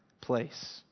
place